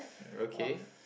okay